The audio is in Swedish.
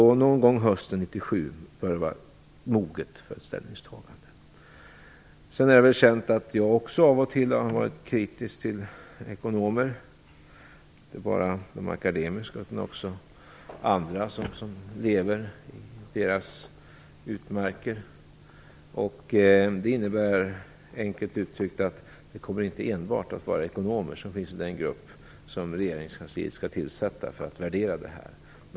Någon gång hösten 1997 bör det alltså vara moget för ett ställningstagande. Det är väl också känt att även jag av och till har varit kritisk till ekonomer, inte bara akademiska ekonomer utan också andra som lever i deras utmarker. Det innebär, enkelt uttryckt, att det inte kommer att vara enbart ekonomer i den grupp som regeringskansliet skall tillsätta för att värdera det här.